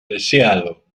deseado